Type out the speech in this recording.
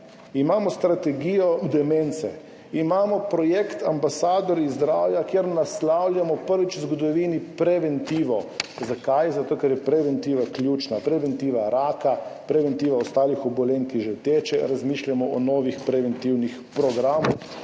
imamo strategijo demence, imamo projekt Ambasadorji zdravja, kjer prvič v zgodovini naslavljamo preventivo. Zakaj? Zato ker je preventiva ključna, preventiva raka, preventiva ostalih obolenj, ki že teče, razmišljamo o novih preventivnih programih